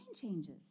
changes